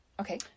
Okay